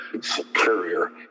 superior